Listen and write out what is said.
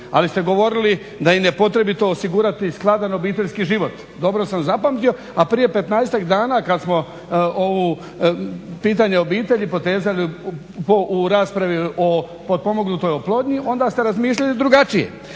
ali ste govorili da im je potrebito osigurati skladan obiteljski život, dobro sam zapamtio a prije petnaestak dana kad smo ovu, pitanje obitelji potezali u raspravi o potpomognutoj oplodnji onda ste razmišljali drugačije.